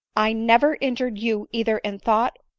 i never injured you either in thought,